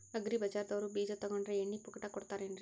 Agri ಬಜಾರದವ್ರು ಬೀಜ ತೊಗೊಂಡ್ರ ಎಣ್ಣಿ ಪುಕ್ಕಟ ಕೋಡತಾರೆನ್ರಿ?